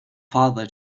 father